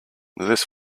this